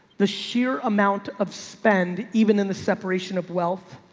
the sheer amount of spend, even in the separation of wealth.